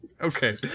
Okay